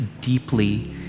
deeply